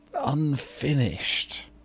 unfinished